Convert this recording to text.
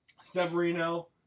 Severino